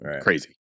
crazy